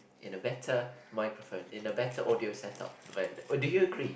in a better microphone in a better audio set up when oh do you agree